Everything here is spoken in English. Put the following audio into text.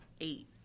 eight